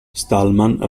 stallman